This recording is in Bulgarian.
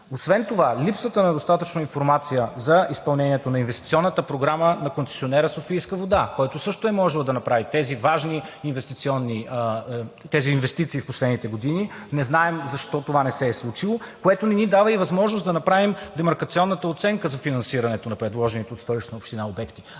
Освен това липсата на достатъчно информация за изпълнението на инвестиционната програма на концесионера „Софийска вода“, който също е можел да направи тези важни инвестиции в последните години, не знаем защо това не се е случило, което не ни дава и възможност да направим демаркационната оценка за финансирането на предложените от Столична община обекти.